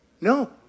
no